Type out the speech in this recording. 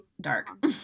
dark